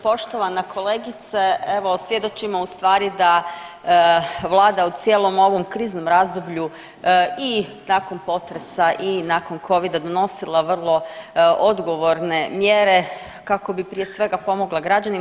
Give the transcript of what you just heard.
Poštovana kolegice evo svjedočimo u stvari da vlada u cijelom ovom kriznom razdoblju i nakon potresa i nakon Covida donosila vrlo odgovorne mjere kako bi prije svega pomogla građanima.